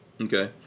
okay